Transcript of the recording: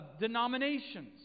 denominations